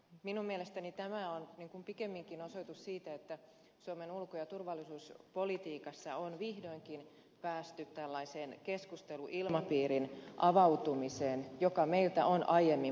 minun mielestäni tämä on pikemminkin osoitus siitä että suomen ulko ja turvallisuuspolitiikassa on vihdoinkin päästy tällaiseen keskusteluilmapiirin avautumiseen joka meiltä on aiemmin puuttunut